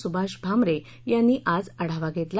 सुभाष भामरे यांनी आज आढावा घेतला